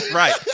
right